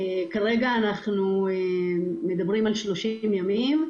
כרגע מדובר על 30 ימים,